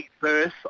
birth